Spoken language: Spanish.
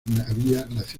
nacionalizó